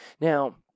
Now